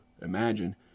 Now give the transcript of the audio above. imagine